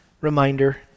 reminder